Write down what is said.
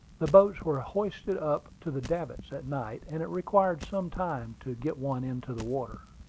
the boats were hoisted up to the davits at night, and it required some time to get one into the water.